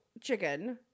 chicken